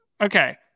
Okay